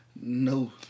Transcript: No